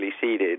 seeded